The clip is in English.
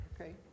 okay